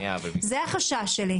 זה החשש שלי.